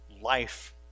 Life